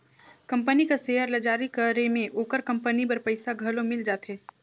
company कर share ल जारी करे में ओकर कंपनी बर पइसा घलो मिल जाथे